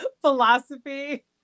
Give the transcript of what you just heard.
Philosophy